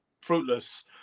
fruitless